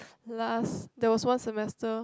last there was one semester